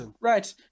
right